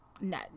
no